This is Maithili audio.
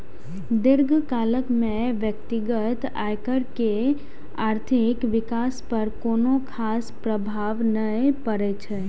दीर्घकाल मे व्यक्तिगत आयकर के आर्थिक विकास पर कोनो खास प्रभाव नै पड़ै छै